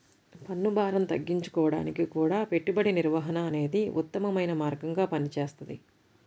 పన్నుభారం తగ్గించుకోడానికి గూడా పెట్టుబడి నిర్వహణ అనేదే ఉత్తమమైన మార్గంగా పనిచేస్తది